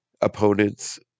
opponents